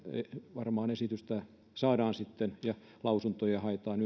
varmaan esitystä saadaan ja lausuntoja haetaan